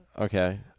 Okay